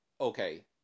Okay